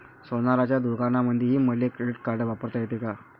सोनाराच्या दुकानामंधीही मले क्रेडिट कार्ड वापरता येते का?